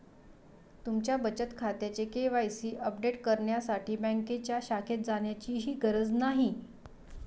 तुमच्या बचत खात्याचे के.वाय.सी अपडेट करण्यासाठी बँकेच्या शाखेत जाण्याचीही गरज नाही